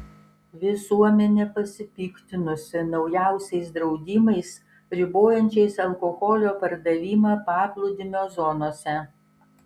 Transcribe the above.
visuomenė pasipiktinusi naujausiais draudimais ribojančiais alkoholio pardavimą paplūdimio zonose